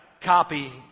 copy